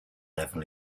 level